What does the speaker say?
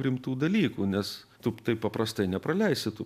rimtų dalykų nes tu taip paprastai nepraleisi tu